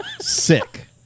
sick